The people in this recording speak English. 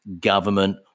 government